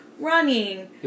Running